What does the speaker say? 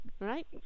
Right